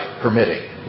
permitting